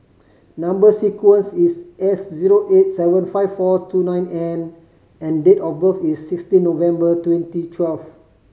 number sequence is S zero eight seven five four two nine N and date of birth is sixteen November twenty twelve